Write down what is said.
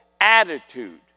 attitude